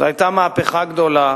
זו היתה מהפכה גדולה,